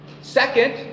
Second